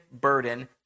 burden